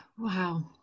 Wow